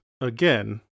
again